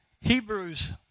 Hebrews